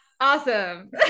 awesome